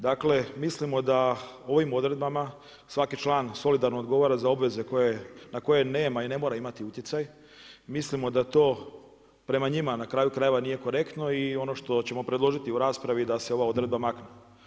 Dakle, mislimo da ovim odredbama svaki član solidarno odgovara za obveze na koje nema i ne mora imati utjecaj, mislimo da to prema njima na kraju krajeva nije korektno i ono što ćemo predložiti u raspravi da se ova odredba makne.